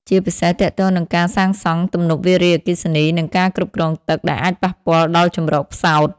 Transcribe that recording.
ជាពិសេសទាក់ទងនឹងការសាងសង់ទំនប់វារីអគ្គិសនី និងការគ្រប់គ្រងទឹក ដែលអាចប៉ះពាល់ដល់ជម្រកផ្សោត។